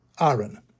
Aaron